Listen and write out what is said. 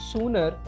Sooner